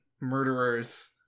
murderers